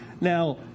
Now